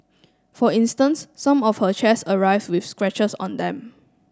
for instance some of her chairs arrived with scratches on them